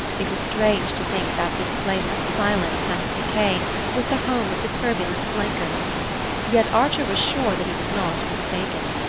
it was strange to think that this place of silence and decay was the home of the turbulent blenkers yet archer was sure that he was not mistaken.